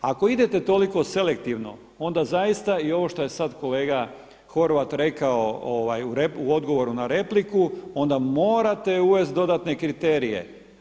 Ako idete toliko selektivno onda zaista i ovo što je sad kolega Horvat rekao u odgovoru na repliku onda morate uvesti dodatne kriterije.